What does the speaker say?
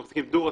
שמחזיקים דורסל,